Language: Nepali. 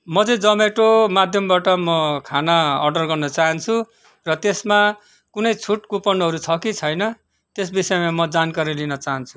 म चाहिँ जमेटो माध्यमबाट म खाना अर्डर गर्न चाहन्छु र त्यसमा कुनै छुट कुपनहरू छ कि छैन त्यस विषयमा म जानकारी लिन चाहान्छु